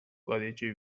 codici